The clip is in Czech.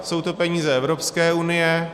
Jsou to peníze Evropské unie.